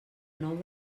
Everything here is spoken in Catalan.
nou